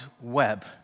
Web